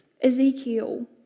Ezekiel